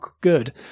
good